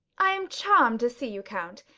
i am charmed to see you, count.